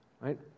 Right